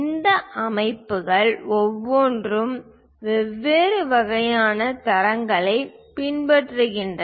இந்த அமைப்புகள் ஒவ்வொன்றும் வெவ்வேறு வகையான தரங்களைப் பின்பற்றுகின்றன